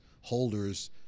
holders